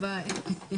הישיבה ננעלה בשעה